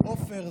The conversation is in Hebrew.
עופר,